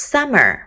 Summer